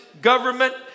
government